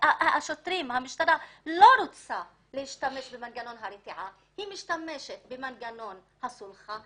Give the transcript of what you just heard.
המשטרה לא רוצה להשתמש במנגנון הרתעה והיא משתמשת במנגנון הסולחה.